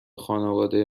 خانواده